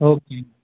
okay